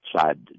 side